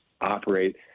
operate